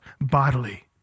bodily